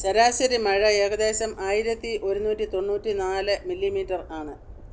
ശരാശരി മഴ ഏകദേശം ആയിരത്തി ഒരുനൂറ്റി തൊണ്ണൂറ്റി നാല് മില്ലിമീറ്റർ ആണ്